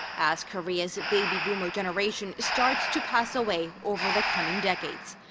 as korea's baby boomer generation starts to pass away over the coming decades.